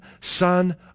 Son